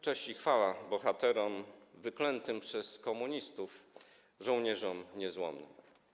Cześć i chwała bohaterom wyklętym przez komunistów - żołnierzom niezłomnym!